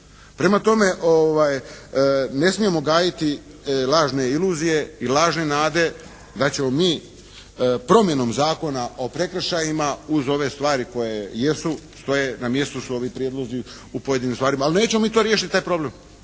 Prema tome ne smijemo gajiti lažne iluzije i lažne nade da ćemo mi promjenom Zakona o prekršajima uz ove stvari koje jesu, stoje na mjestu su ovi prijedlozi u pojedinim stvarima, ali nećemo mi to riješiti taj problem.